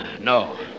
No